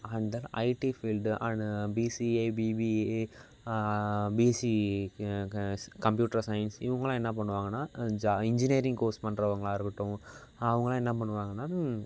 and then IT field and BCA BBA BCE computer science இவங்களாம் என்ன பண்ணுவாங்கன்னால் ஜா இன்ஜினீயரிங் கோர்ஸ் பண்ணுறவங்களா இருக்கட்டும் அவங்களாம் என்ன பண்ணுவாங்கன்னால்